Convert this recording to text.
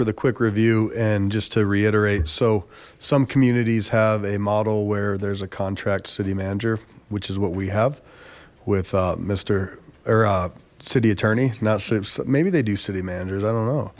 for the quick review and just to reiterate so some communities have a model where there's a contract city manager which is what we have with mister arab city attorney now maybe they do city managers i don't know